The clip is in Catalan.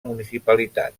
municipalitat